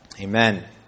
Amen